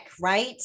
right